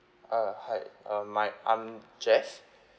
uh hi um my I'm jeff